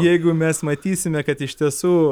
jeigu mes matysime kad iš tiesų